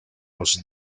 los